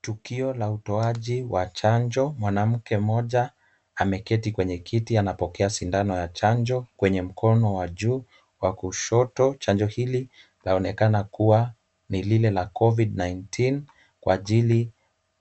Tukio la utoaji wa chanjo, mwanamke mmoja ameketi kwenye kiti anapokea sindano ya chanjo kwenye mkono wa juu wa kushoto. Chanjo hili laonekana kuwa ni lile la Covid-19 kwa ajili